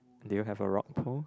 do you have a rock pool